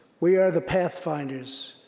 we are the pathfinders.